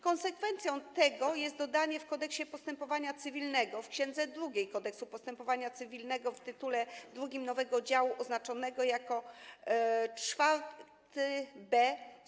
Konsekwencją tego jest dodanie w Kodeksie postępowania cywilnego, w księdze drugiej Kodeksu postępowania cywilnego w tytule II, nowego działu oznaczonego jako IVb: